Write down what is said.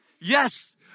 Yes